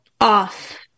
off